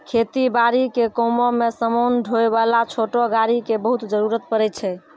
खेती बारी के कामों मॅ समान ढोय वाला छोटो गाड़ी के बहुत जरूरत पड़ै छै